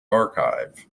archive